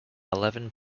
eleven